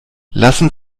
lassen